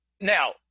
Now